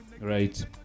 right